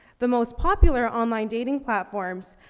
the most popular online dating platforms,